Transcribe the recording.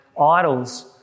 idols